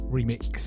Remix